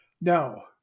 Now